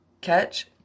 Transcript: catch